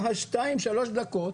בשתיים-שלוש דקות